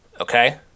Okay